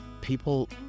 people